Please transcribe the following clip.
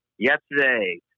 Yesterday